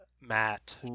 Matt